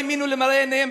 לא האמינו למראה עיניהם.